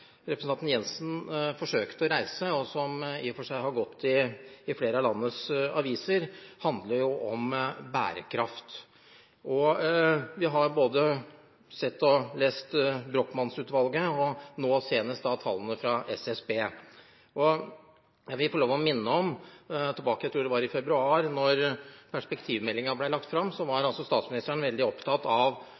seg har gått i flere av landets aviser – handler jo om bærekraft. Vi har både sett og lest Brochmann-utvalgets innstilling – og nå senest tallene fra SSB. Jeg vil få lov å minne om at – jeg tror det var – i februar, da perspektivmeldingen ble lagt fram, var statsministeren veldig opptatt av